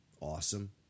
awesome